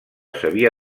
s’havia